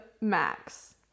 Max